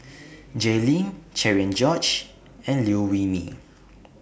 Jay Lim Cherian George and Liew Wee Mee